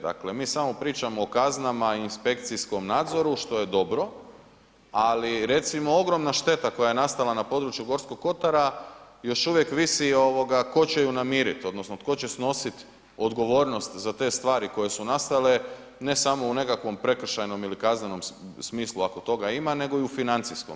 Dakle mi samo pričamo o kaznama i inspekcijom nadzoru što je dobro, ali recimo ogromna šteta koja je nastala na području Gorskog kotara još uvijek visi tko će ju namiriti, odnosno tko će snositi odgovornost za te stvari koje su nastale ne samo u nekakvom prekršajnom ili kaznenom smislu ako to ima nego i u financijskom.